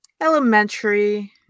Elementary